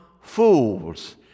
fools